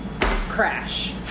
crash